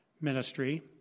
ministry